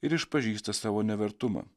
ir išpažįsta savo nevertumą